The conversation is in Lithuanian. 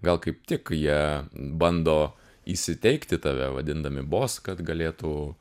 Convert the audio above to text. gal kaip tik jie bando įsiteikti tave vadindami bos kad galėtų